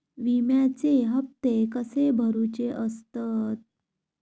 विम्याचे हप्ते कसे भरुचे असतत?